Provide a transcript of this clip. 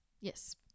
Yes